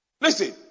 Listen